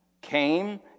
came